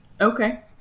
okay